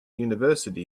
university